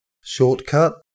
Shortcut